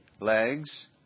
legs